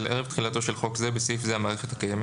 ערב תחילתו של חוק זה (בסעיף זה המערכת הקיימת),